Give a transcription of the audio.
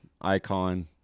icon